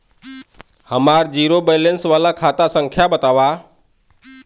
हमार zero balance वाला खाता संख्या वतावा?